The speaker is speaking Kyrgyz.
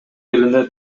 элине